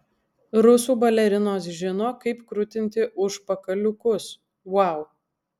rusų balerinos žino kaip krutinti užpakaliukus vau